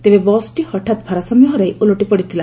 ତେବେ ବସ୍ଟି ହଠାତ୍ ଭାରସାମ୍ୟ ହରାଇ ଓଲଟି ପଡ଼ିଥିଲା